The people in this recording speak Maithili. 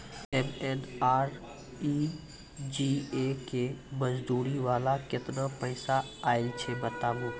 एम.एन.आर.ई.जी.ए के मज़दूरी वाला केतना पैसा आयल छै बताबू?